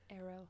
Arrow